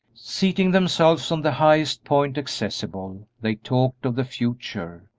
seating themselves on the highest point accessible, they talked of the future,